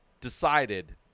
decided